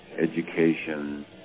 education